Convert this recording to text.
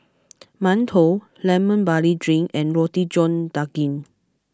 Mantou Lemon Barley Drink and Roti John Daging